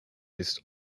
list